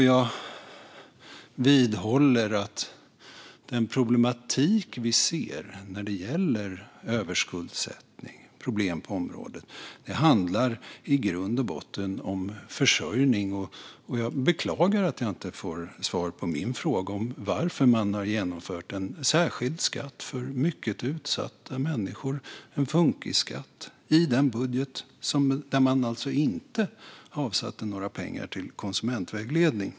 Jag vidhåller att den problematik vi ser när det gäller överskuldsättning och problem på området i grund och botten handlar om försörjning. Jag beklagar att jag inte får svar på min fråga om varför man har genomfört en särskild skatt för mycket utsatta människor, en funkisskatt, i den budget där man alltså inte har avsatt några pengar till konsumentvägledning.